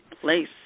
place